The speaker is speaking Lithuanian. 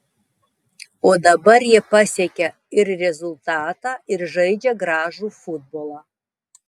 o dabar jie pasiekia ir rezultatą ir žaidžia gražų futbolą